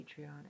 patreon